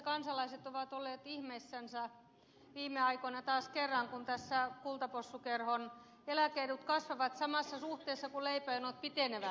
kansalaiset ovat olleet ihmeissänsä viime aikoina taas kerran kun kultapossukerhon eläke edut kasvavat samassa suhteessa kuin leipäjonot pitenevät